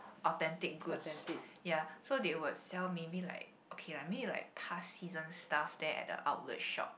authentic goods ya so they would sell maybe like okay lah maybe like past season stuff there at the outlet shop